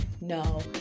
No